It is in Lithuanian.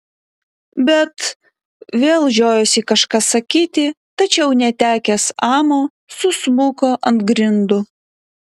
bet vėl žiojosi kažką sakyti tačiau netekęs amo susmuko ant grindų